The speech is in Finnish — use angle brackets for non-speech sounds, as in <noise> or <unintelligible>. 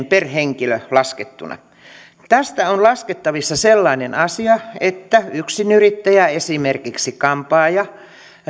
<unintelligible> per henkilö laskettuna niin tästä on laskettavissa sellainen asia että yksinyrittäjä esimerkiksi kampaaja